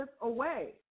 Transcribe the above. away